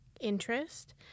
interest